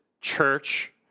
church